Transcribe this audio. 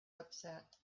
upset